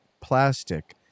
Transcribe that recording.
plastic